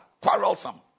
Quarrelsome